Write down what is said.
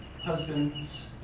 husbands